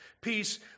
peace